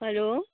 hello